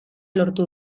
lortu